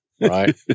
right